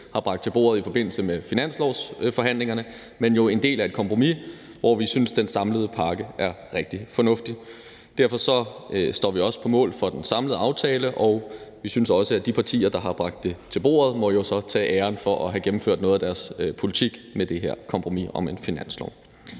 har bragt til bordet i forbindelse med finanslovsforhandlingerne, men en del af et kompromis, hvor vi synes den samlede pakke er rigtig fornuftig. Derfor står vi også på mål for den samlede aftale, og vi synes også, at de partier, der har bragt det til bordet, så må tage æren for at have gennemført noget af deres politik med det her kompromis om en finanslov.